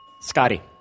Scotty